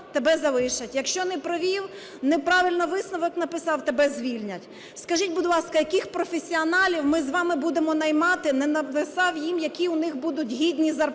тебе залишать, якщо не провів, неправильно висновок написав – тебе звільнять. Скажіть, будь ласка, яких професіоналів ми з вами будемо наймати, не написав їм, які у них будуть гідні зарплати?